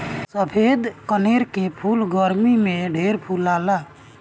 सफ़ेद कनेर के फूल गरमी में ढेर फुलाला